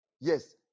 Yes